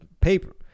paper